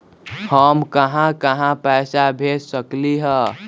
हम कहां कहां पैसा भेज सकली ह?